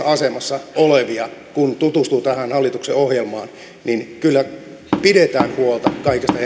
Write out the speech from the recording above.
asemassa olevia kun tutustuu tähän hallituksen ohjelmaan niin kyllä pidetään huolta